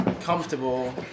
comfortable